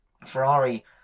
Ferrari